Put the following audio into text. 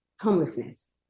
homelessness